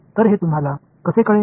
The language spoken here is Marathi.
तर हे तुम्हाला कसे कळेल